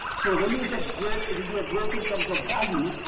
so when you get growth it'll be a growth in terms of value,